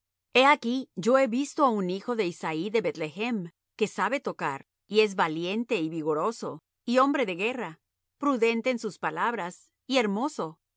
he aquí yo he visto á un hijo de isaí de beth-lehem que sabe tocar y es valiente y vigoroso y hombre de guerra prudente en sus palabras y hermoso